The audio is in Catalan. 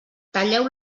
talleu